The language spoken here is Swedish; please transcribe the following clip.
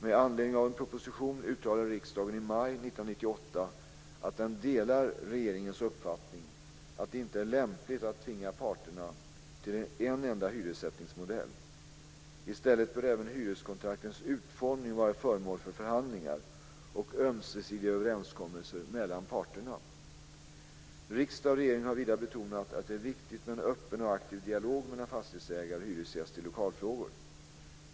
Med anledning av en proposition uttalade riksdagen i maj 1998 att den delar regeringens uppfattning att det inte är lämpligt att tvinga parterna till en enda hyressättningsmodell (prop. 1997/98:137, Riksdag och regering har vidare betonat att det är viktigt med en öppen och aktiv dialog mellan fastighetsägare och hyresgäster i lokalfrågor.